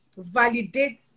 validates